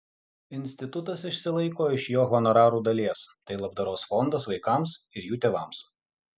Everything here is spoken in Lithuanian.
institutas išsilaiko iš jo honorarų dalies tai labdaros fondas vaikams ir jų tėvams